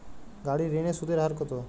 গাড়ির ঋণের সুদের হার কতো?